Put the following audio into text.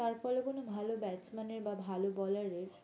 তার ফলে কোনো ভালো ব্যাটসম্যানের বা ভালো বলারের